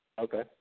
Okay